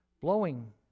Blowing